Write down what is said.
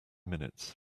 minutes